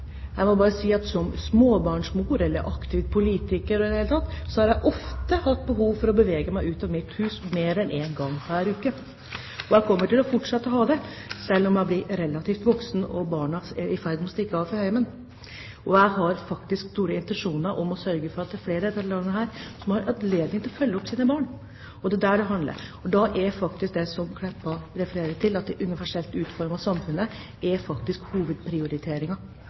Jeg må bare si at som småbarnsmor eller aktiv politiker, eller i det hele tatt, har jeg ofte hatt behov for å bevege meg ut av mitt hus mer enn én gang pr. uke, og jeg kommer til å fortsette å ha det selv om jeg blir relativt voksen og barna er i ferd med å stikke av fra hjemmet. Jeg har faktisk store intensjoner om å sørge for at det er flere i dette landet som har anledning til å følge opp sine barn, og det er det det handler om. Og da er det statsråd Meltveit Kleppa refererer til, det universelt utformede samfunnet, faktisk hovedprioriteringen. Det er